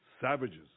savages